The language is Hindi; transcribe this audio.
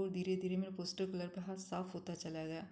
और धीरे धीरे मेरा पोस्टर कलर पर हाथ साफ होता चला गया